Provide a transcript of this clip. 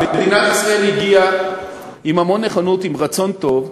מדינת ישראל הגיעה עם המון נכונות, עם רצון טוב,